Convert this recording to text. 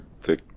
thick